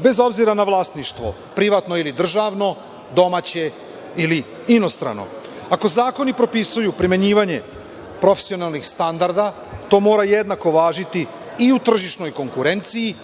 bez obzira na vlasništvo, privatno ili državno, domaće ili inostrano. Ako zakoni propisuju primenjivanje profesionalnih standarda, to mora i jednako važiti i u tržišnoj konkurenciji